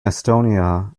estonia